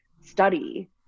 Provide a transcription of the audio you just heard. study